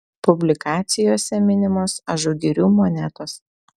publikacijose minimos ažugirių monetos